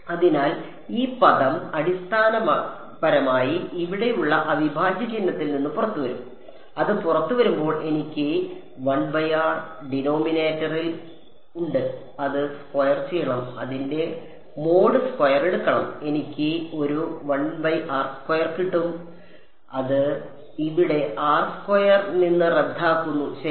അതിനാൽ ഈ പദം അടിസ്ഥാനപരമായി ഇവിടെയുള്ള അവിഭാജ്യ ചിഹ്നത്തിൽ നിന്ന് പുറത്തുവരും അത് പുറത്തുവരുമ്പോൾ എനിക്ക് ഡിനോമിനേറ്ററിൽ ഒരു ഉണ്ട് അത് സ്ക്വയർ ചെയ്യണം അതിന്റെ മോഡ് സ്ക്വയർ എടുക്കണം എനിക്ക് ഒരു കിട്ടും അത് ഇവിടെ നിന്ന് റദ്ദാക്കുന്നു ശരി